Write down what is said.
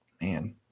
Man